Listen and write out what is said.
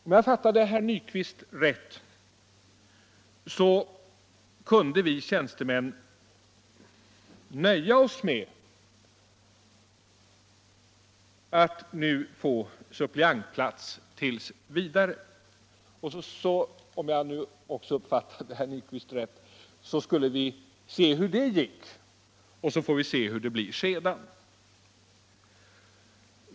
Om jag fattade herr Nyquist rätt, så kunde vi tjänstemän nöja oss med att få en suppleantplats t. v. Sedan skulle vi — om jag även på den punkten uppfattade herr Nyquist rätt — se hur det gick och hur det kunde bli därefter.